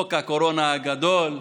חוק הקורונה הגדול,